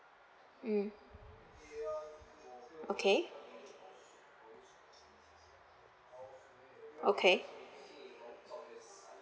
mm okay okay